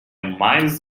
mais